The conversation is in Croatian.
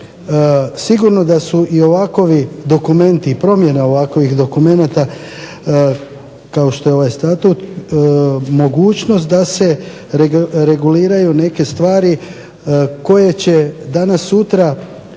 sigurno da su ovakovi dokumenti i promjene ovakvih dokumenata kao što je ovaj Status mogućnost da se reguliraju neke stvari koje će danas sutra